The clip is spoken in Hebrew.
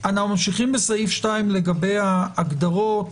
אנו ממשיכים בסעיף 2 לגבי ההגדרות.